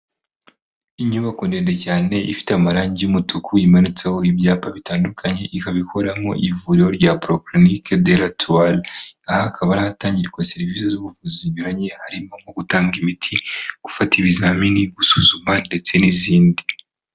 Inyubako ndende cyane ifite amarangi y'umutuku imanitseho ibyapa bitandukanye, ikabikora mu ivuriro rya polikerinike doratuwari. aha hakaba ari ahatangirwa serivisi z'ubuvuzi zinyuranye, harimo nko gutanga imiti, gufata ibizamini, gusuzuma ndetse n'izindi.